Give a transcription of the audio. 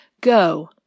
Go